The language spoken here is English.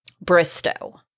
Bristow